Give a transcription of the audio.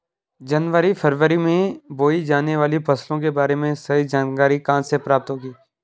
जनवरी फरवरी में बोई जाने वाली फसलों के बारे में सही जानकारी कहाँ से प्राप्त होगी?